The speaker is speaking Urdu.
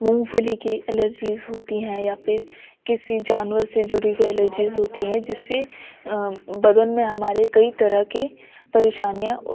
مونگ پھلی کی الرجیز ہوتی ہیں یا پھر کسی جانور سے جڑی ہوئی الرجیز ہوتی ہیں جس سے بدن میں ہمارے کئی طرح کے پریشانیاں